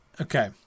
Okay